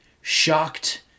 shocked